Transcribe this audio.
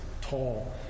tall